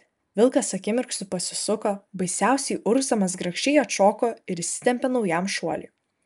vilkas akimirksniu pasisuko baisiausiai urgzdamas grakščiai atšoko ir įsitempė naujam šuoliui